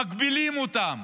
מגבילים אותם.